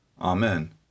Amen